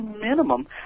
minimum